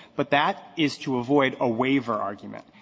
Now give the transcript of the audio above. but that is to avoid a waiver argument.